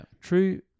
True